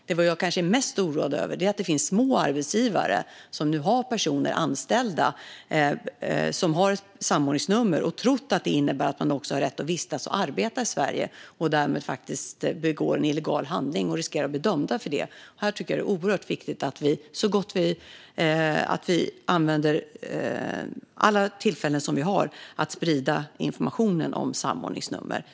Det jag kanske är mest oroad över är det finns små arbetsgivare som nu har personer med samordningsnummer anställda som tror att det innebär att dessa personer också har rätt att vistas och arbeta i Sverige och som därmed faktiskt begår en illegal handling och riskerar att bli dömda för det. Här tycker jag att det är oerhört viktigt att vi använder alla tillfällen vi har att sprida informationen om samordningsnummer.